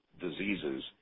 diseases